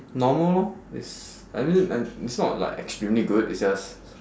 normal lor it's I mean I it's not like extremely good it's just